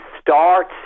start